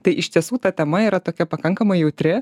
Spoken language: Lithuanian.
tai iš tiesų ta tema yra tokia pakankamai jautri